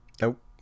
Nope